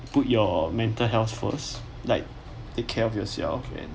put your mental health first like take care of yourself and